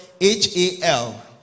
H-A-L